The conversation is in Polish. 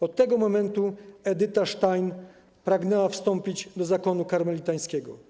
Od tego momentu Edyta Stein pragnęła wstąpić do zakonu karmelitańskiego.